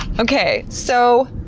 okay. so,